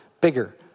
bigger